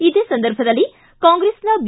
ಇದೇ ಸಂದರ್ಭದಲ್ಲಿ ಕಾಂಗ್ರೆಸ್ನ ಬಿ